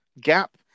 gap